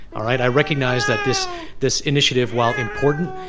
all right? i recognize that this this initiative, while important,